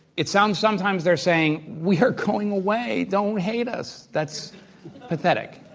it sounds sometimes they're saying, we are going away. don't hate us. that's pathetic